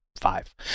five